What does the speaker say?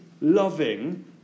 loving